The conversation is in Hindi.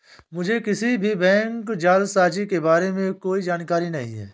मुझें किसी भी बैंक जालसाजी के बारें में कोई जानकारी नहीं है